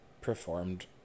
performed